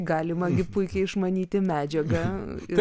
galima gi puikiai išmanyti medžiagą